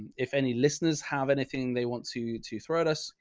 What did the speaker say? if any listeners have anything they want to, to throw at us.